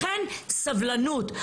לכן סבלנות.